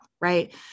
right